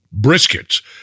briskets